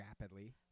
rapidly